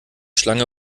schlange